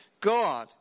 god